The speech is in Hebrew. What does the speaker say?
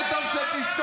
יותר טוב שתשתוק.